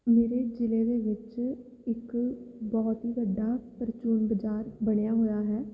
ਮੇਰੇ ਜਿਲ੍ਹੇ ਦੇ ਵਿੱਚ ਇੱਕ ਬਹੁਤ ਹੀ ਵੱਡਾ ਪ੍ਰਚੂਨ ਬਾਜ਼ਾਰ ਬਣਿਆ ਹੋਇਆ ਹੈ